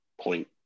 point